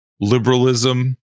liberalism